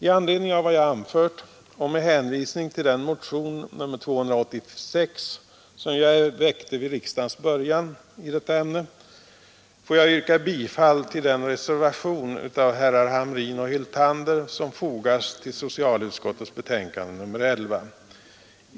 I anledning av vad jag anfört och med hänvisning till den motion nr 286 som jag väckte vid riksdagens början i detta ämne ber jag att få yrka bifall till reservationen 1 av herrar Hamrin och Hyltander.